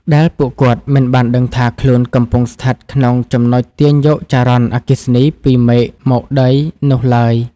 ដែលពួកគាត់មិនបានដឹងថាខ្លួនកំពុងស្ថិតក្នុងចំណុចទាញយកចរន្តអគ្គិសនីពីមេឃមកដីនោះឡើយ។